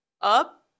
up